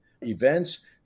events